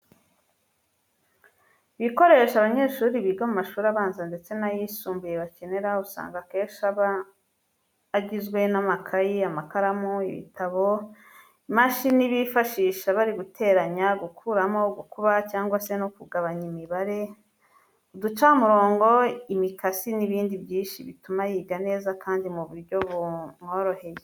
Ibikoresho abanyeshuri biga mu mashuri abanza ndetse n'ayisumbuye bakenera, usanga akenshi aba agizwe n'amakayi, amakaramu, ibitabo, imashini bifashisha bari guteranya, gukuramo, gukuba cyangwa se no kugabanya imibare, uducamurongo, imikasi n'ibindi byinshi bituma yiga neza kandi mu buryo bumworoheye.